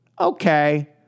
Okay